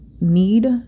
need